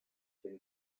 bin